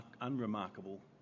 unremarkable